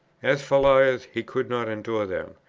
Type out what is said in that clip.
as for liars, he could not endure them,